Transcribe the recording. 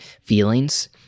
feelings